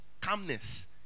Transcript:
calmness